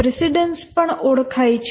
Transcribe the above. precedence પણ ઓળખાય છે